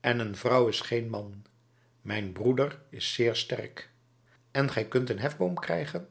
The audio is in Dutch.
en een vrouw is geen man mijn broeder is zeer sterk en gij kunt een hefboom krijgen